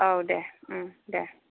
औ दे दे